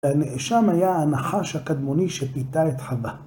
שם היה הנחש הקדמוני שפיתה את חווה.